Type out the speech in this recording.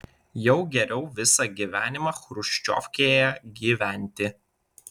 jau geriau visą gyvenimą chruščiovkėje gyventi